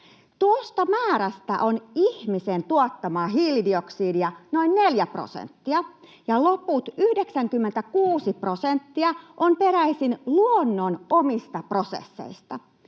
Tuosta määrästä on ihmisen tuottamaa hiilidioksidia noin 4 prosenttia ja loput 96 prosenttia on peräisin luonnon omista prosesseista.